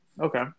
Okay